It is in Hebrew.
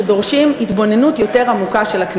יש כאן שורה ארוכה של מקרים שדורשים התבוננות יותר עמוקה של הכנסת.